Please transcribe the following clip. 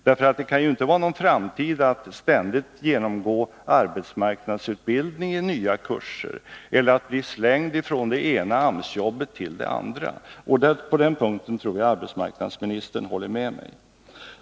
Det kan ju inte vara någon framtid för en person att ständigt genomgå arbetsmarknadsutbildning i nya kurser eller att bli skickad från det ena AMS-jobbet till det andra. På den punkten tror jag arbetsmarknadsministern håller med mig.